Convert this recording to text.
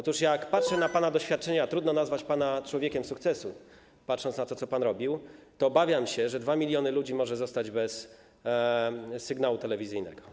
Otóż jak patrzę na pana doświadczenia, a trudno nazwać pana człowiekiem sukcesu, biorąc pod uwagę to, co pan robił, to obawiam się, że 2 mln ludzi może zostać bez sygnału telewizyjnego.